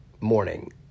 morning